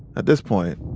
at this point,